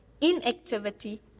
inactivity